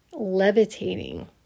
levitating